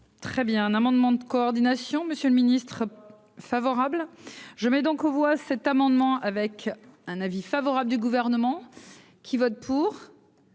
Très bien, un amendement de coordination, monsieur le Ministre favorable je mets donc aux voix cet amendement avec un avis favorable du gouvernement qui vote pour.